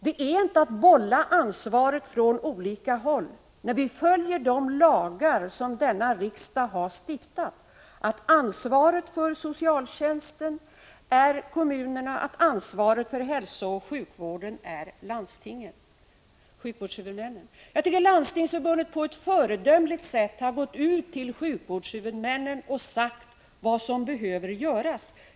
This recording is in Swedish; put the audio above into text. Det är inte att bolla ansvaret åt olika håll när vi följer de lagar som denna riksdag har stiftat: att ansvaret för socialtjänsten är kommunernas och att ansvaret för hälsooch sjukvården vilar på landstingens sjukvårdshuvudmän. Jag tycker att Landstingsförbundet på ett föredömligt sätt har gått ut till sjukvårdshuvudmännen och sagt vad som behöver göras.